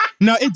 No